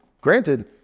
granted